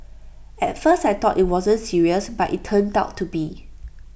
at first I thought IT wasn't serious but IT turned out to be